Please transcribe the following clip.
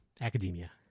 academia